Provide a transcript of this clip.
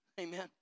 amen